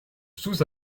sous